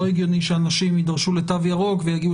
לא הגיוני שאנשים יידרשו לתו ירוק ויגיעו